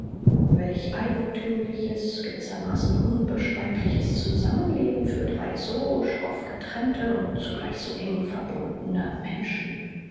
welch eigenthümliches gewissermaßen unbeschreibliches zusammenleben für drei so schroff getrennte und zugleich so eng verbundene menschen